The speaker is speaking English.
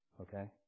Okay